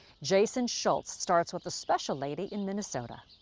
jason shultz starts with a special lady in minnesota.